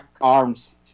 arms